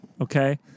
Okay